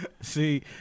See